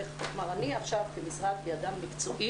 המנכ"ל שמואל אבואב כגורם מקצועי